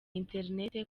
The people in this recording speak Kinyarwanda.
internet